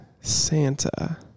Santa